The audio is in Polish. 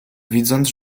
widząc